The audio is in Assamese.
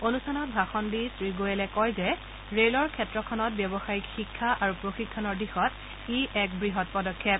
অনুষ্ঠানত ভাষণ দি শ্ৰী গোৱেলে কয় যে ৰেলৰ ক্ষেত্ৰখনত ব্যৱসায়িক শিক্ষা আৰু প্ৰশিক্ষণৰ দিশত ই এক ডাঙৰ পদক্ষেপ